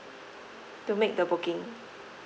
to make the booking